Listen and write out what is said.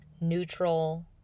neutral